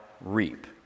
reap